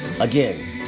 Again